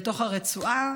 לתוך הרצועה,